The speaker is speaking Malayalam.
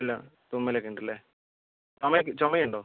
ഇല്ല തുമ്മൽ ഒക്കെ ഉണ്ട് അല്ലേ ചുമ ഉണ്ടോ